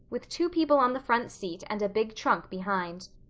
with two people on the front seat and a big trunk behind.